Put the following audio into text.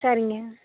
சரிங்க